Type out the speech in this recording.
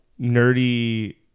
nerdy